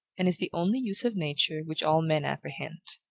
and is the only use of nature which all men apprehend.